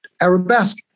Arabesque